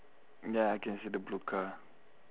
ya I can see the blue car